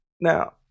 Now